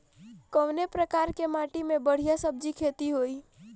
कवने प्रकार की माटी में बढ़िया सब्जी खेती हुई?